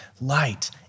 Light